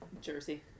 Jersey